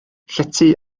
llety